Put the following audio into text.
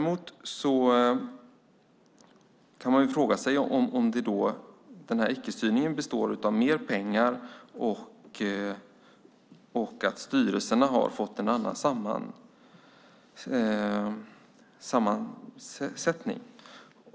Man kan fråga sig om icke-styrningen består av mer pengar och att styrelserna har fått en annan sammansättning.